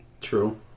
True